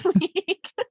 week